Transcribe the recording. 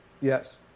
Yes